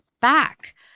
back